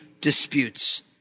disputes